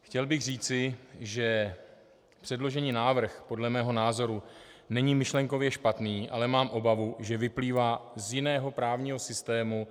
Chtěl bych říci, že předložený návrh podle mého názoru není myšlenkově špatný, ale mám obavu, že vyplývá z jiného právního systému.